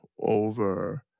over